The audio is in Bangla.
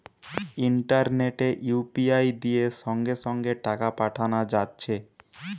ইন্টারনেটে ইউ.পি.আই দিয়ে সঙ্গে সঙ্গে টাকা পাঠানা যাচ্ছে